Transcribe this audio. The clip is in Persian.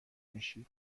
میشی